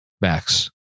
Max